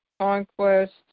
conquest